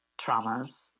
traumas